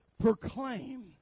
proclaim